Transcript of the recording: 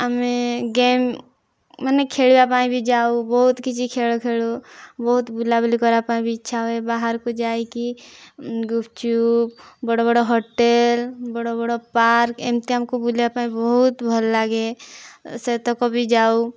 ଆମେ ଗେମ୍ ମାନେ ଖେଳିବା ପାଇଁ ବି ଯାଉ ବହୁତ କିଛି ଖେଳ ଖେଳୁ ବହୁତ ବୁଲା ବୁଲି କରିବା ପାଇଁ ବି ଇଛା ହୁଏ ବାହାର କୁ ଯାଇକି ଗୁପଚୁପ ବଡ଼ ବଡ଼ ହୋଟେଲ ବଡ଼ ବଡ଼ ପାର୍କ ଏମିତି ଆମକୁ ବୁଲିବା ପାଇଁ କି ବହୁତ ଭଲ ଲାଗେ ସେତକ ବି ଯାଉ